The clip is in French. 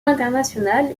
international